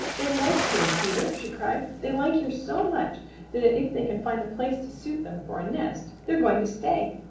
they like here, peter! she cried. they like here so much that if they can find a place to suit them for a nest they're going to stay.